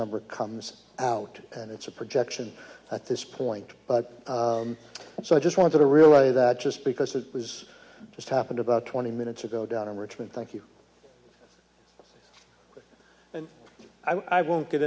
number comes out and it's a projection at this point but so i just want to rely that just because it was just happened about twenty minutes ago down in richmond thank you and i won't get